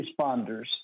responders